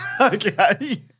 Okay